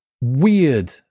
weird